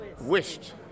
wished